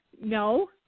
no